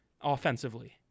offensively